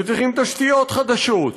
וצריכים תשתיות חדשות,